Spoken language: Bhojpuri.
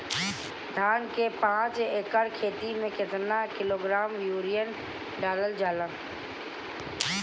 धान के पाँच एकड़ खेती में केतना किलोग्राम यूरिया डालल जाला?